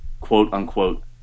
quote-unquote